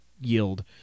yield